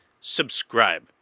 Subscribe